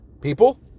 people